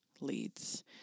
leads